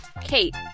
Kate